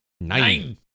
Nine